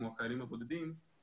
כמו החיילים הבודדים,